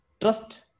trust